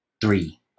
three